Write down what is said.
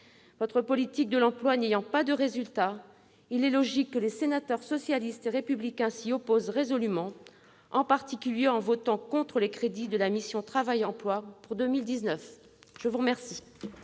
Votre politique de l'emploi n'ayant pas de résultats, il est logique que les sénateurs socialistes et républicains s'y opposent résolument, en particulier en votant contre les crédits de la mission « Travail et emploi » pour 2019 ! La parole